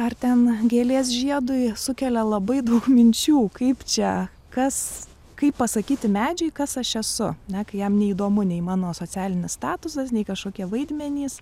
ar ten gėlės žiedui sukelia labai daug minčių kaip čia kas kaip pasakyti medžiui kas aš esu na kai jam neįdomu nei mano socialinis statusas nei kažkokie vaidmenys